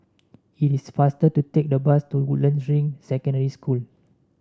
it is faster to take the bus to Woodlands Ring Secondary School